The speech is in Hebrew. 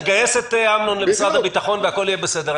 נגייס את אמנון שעשוע למשרד הביטחון והכול יהיה בסדר.